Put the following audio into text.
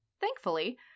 Thankfully